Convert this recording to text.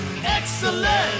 Excellent